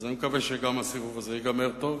אז אני מקווה שגם הסיבוב הזה ייגמר טוב,